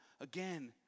Again